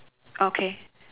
okay